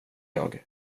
jag